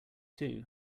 too